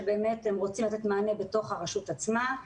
שבאמת הם רוצים לתת מענה בתוך הרשות עצמה.